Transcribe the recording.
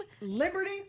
Liberty